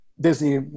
Disney